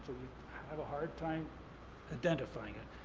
have a hard time identifying it.